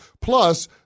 Plus